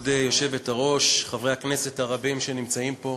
כבוד היושבת-ראש, חברי הכנסת הרבים שנמצאים פה,